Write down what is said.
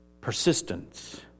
persistence